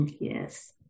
yes